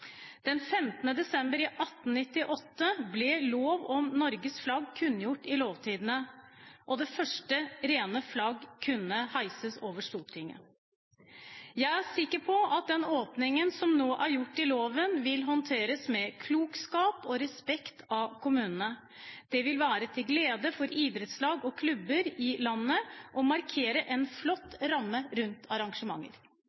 15. desember 1898 ble lov om Noregs flagg kunngjort i Norsk Lovtidend, og det første rene flagg kunne heises over Stortinget. Jeg er sikker på at den åpningen som nå er gjort i loven, vil håndteres med klokskap og respekt av kommunene. Dette vil være til glede for idrettslag og klubber i landet og markere en